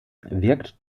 wirkt